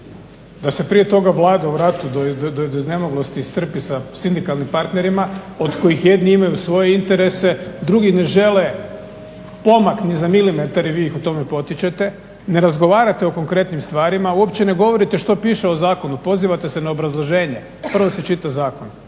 Da se prije toga Vlada u ratu do iznemoglosti iscrpi sa sindikalnim parterima od kojih jedni imaju svoje interese, drugi ne žele pomak ni za milimetar i vi ih u tome potičete. Ne razgovarate o konkretnim stvarima, uopće ne govorite što piše u Zakonu, pozivate se na obrazloženje. Prvo se čita zakon.